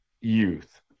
youth